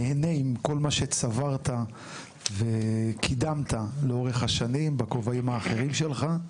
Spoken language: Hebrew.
אנחנו נהנה מכל מה שצברת וקידמת לאורך השנים בכובעים האחרים שלך.